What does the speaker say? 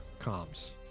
comms